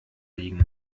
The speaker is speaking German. liegen